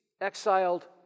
exiled